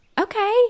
Okay